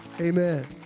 amen